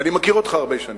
אני מכיר אותך הרבה שנים,